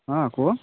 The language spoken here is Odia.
ହଁ କୁହ